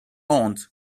aunt